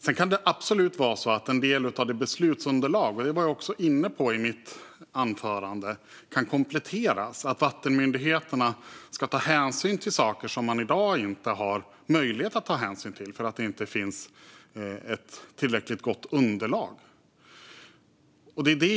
Det kan absolut vara så att en del av beslutsunderlaget - och det var jag också inne på i mitt tidigare anförande - kan kompletteras. Vattenmyndigheterna ska ta hänsyn till saker som de i dag inte har möjlighet att ta hänsyn till för att det inte finns ett tillräckligt gott underlag.